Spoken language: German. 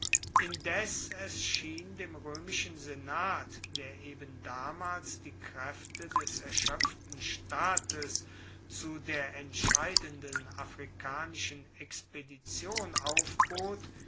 indes es schien dem roemischen senat der eben damals die kraefte des erschoepften staates zu der entscheidenden afrikanischen expedition aufbot